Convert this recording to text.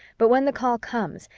but when the call comes,